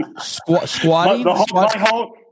Squatting